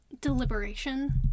deliberation